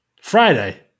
Friday